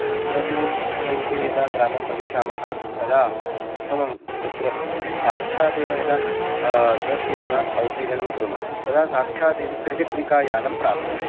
तत्र तु प्रथमं तु यदा ग्रामं प्रविशामः तदा प्रथमं तत्र साक्षादेव यदा बस् यानात् अवतीरणं कुर्मः तदा साक्षात् एव त्रिचक्रिकायानं प्राप्यते